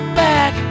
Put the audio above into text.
back